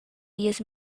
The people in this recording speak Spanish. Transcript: diez